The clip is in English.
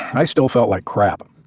i still felt like crap.